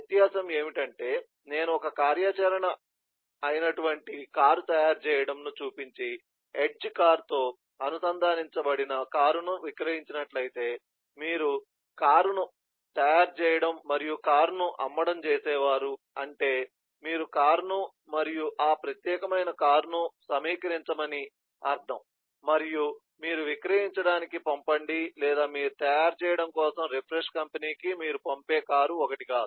వ్యత్యాసం ఏమిటంటే నేను ఒక కార్యాచరణ ఐనటువంటి కారు తయారు చేయడం ను చూపించి ఎడ్జ్ కారుతో అనుసంధానించబడిన కారును విక్రయించినట్లయితే మీరు కారును తయారు చేయడం మరియు కారును అమ్మడం చేసేవారు అంటే మీరు కారును మరియు ఆ ప్రత్యేకమైన కారును సమీకరించమని అర్థం మరియు మీరు విక్రయించడానికి పంపండి లేదా మీరు తయారు చేయడం కోసం రిఫ్రెష్ కంపెనీ కి మీరు పంపే కారు ఒకటి కాదు